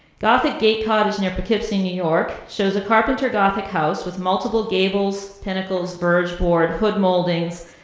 gothic gate cottage near poughkeepsie, new york shows a carpenter gothic house with multiple gables, pinnacles, bargeboard, hood moldings,